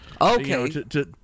Okay